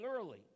early